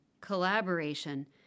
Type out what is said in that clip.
collaboration